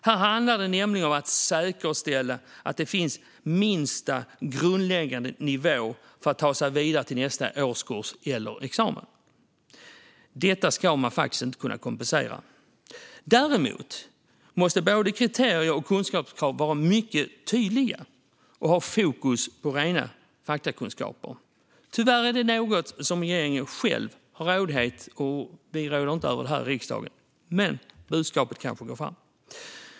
Här handlar det nämligen om att säkerställa att det finns en lägsta grundläggande nivå för att ta sig vidare till nästa årskurs eller examen. Detta ska man inte kunna kompensera. Däremot måste både kriterier och kunskapskrav vara mycket tydliga och ha fokus på rena faktakunskaper. Tyvärr är detta något som regeringen själv har rådighet över. Vi råder inte över det här i riksdagen, men budskapet kanske går fram.